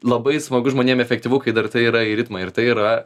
labai smagu žmonėm efektyvu kai dar tai yra į ritmą ir tai yra